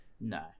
No